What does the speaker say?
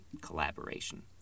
collaboration